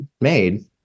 made